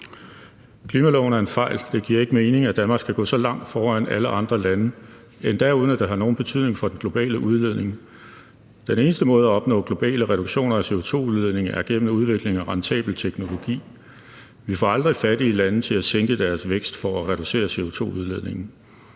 Klimaloven er en fejl. Det giver ikke mening, at Danmark skal gå så langt foran alle andre lande, endda uden at det har nogen betydning for den globale udledning. Den eneste måde at opnå globale reduktioner af CO2-udledningen på er gennem udvikling af rentabel teknologi. Vi får aldrig fattige lande til at sænke deres vækst for at reducere CO2-udledningen.